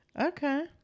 Okay